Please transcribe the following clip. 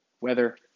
weather